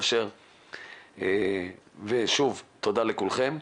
תודה לכולכם,